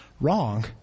wrong